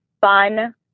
fun